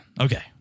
Okay